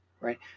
right